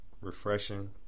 Refreshing